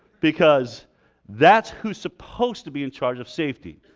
because that's who's supposed to be in charge of safety,